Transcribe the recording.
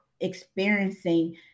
experiencing